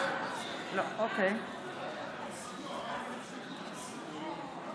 (קוראת בשמות חברי הכנסת)